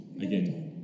Again